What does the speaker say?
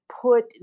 put